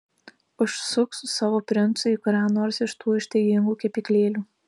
užsuk su savo princu į kurią nors iš tų ištaigingų kepyklėlių